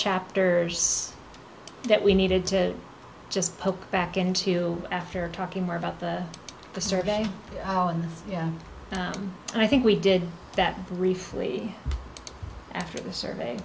chapters that we needed to just poke back into after talking more about that the survey oh yeah i think we did that briefly after the survey